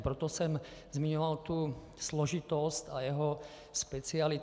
Proto jsem zmiňoval složitost a jeho specialitu.